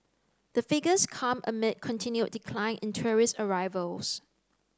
the figures come amid continued decline in tourist arrivals